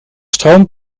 stroomt